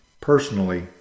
personally